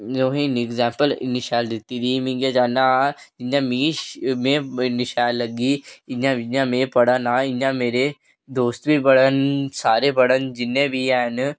दोहें बिच एग्जैम्पल इन्नी शैल दित्ती दी ते में इ'यै चाह्न्नां इं'या मिगी में इन्नी शैल लग्गी इं'या जि'यां में पढ़ा ना मेरे दोस्त बी पढ़न सारे पढ़न जिन्ने बी हैन